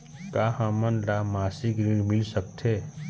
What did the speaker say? का हमन ला मासिक ऋण मिल सकथे?